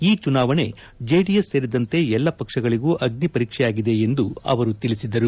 ಈ ಚುನಾವಣೆ ಜೆಡಿಎಸ್ ಸೇರಿದಂತೆ ಎಲ್ಲ ಪಕ್ಷಗಳಗೂ ಅಗ್ನಿ ಪರೀಕ್ಷೆ ಆಗಿದೆ ಎಂದು ಅವರು ತಿಳಿಸಿದರು